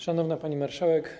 Szanowna Pani Marszałek!